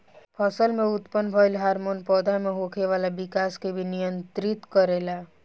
फसल में उत्पन्न भइल हार्मोन पौधा में होखे वाला विकाश के भी नियंत्रित करेला